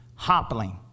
hoppling